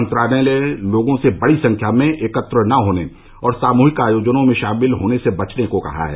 मंत्रालय ने लोगों से बड़ी संख्या में एकत्र न होने और सामुहिक आयोजनों में शामिल होने से बचने को कहा है